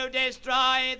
destroy